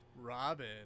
Robin